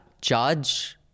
Charge